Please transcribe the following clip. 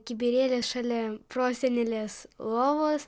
kibirėlį šalia prosenelės lovos